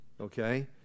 Okay